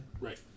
Right